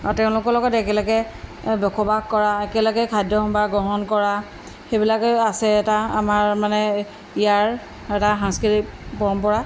তেওঁ লগত একেলগে বসবাস কৰা একেলগে খাদ্য সম্ভাৰ গ্ৰহণ কৰা সেইবিলাকেই আছে এটা আমাৰ মানে ইয়াৰ এটা সাংস্কৃতিক পৰম্পৰা